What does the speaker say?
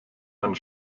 einen